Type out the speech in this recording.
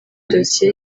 dosiye